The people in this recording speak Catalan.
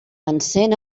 encén